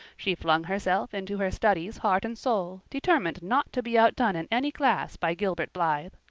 she flung herself into her studies heart and soul, determined not to be outdone in any class by gilbert blythe.